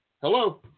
hello